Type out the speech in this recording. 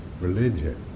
religion